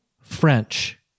French